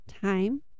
time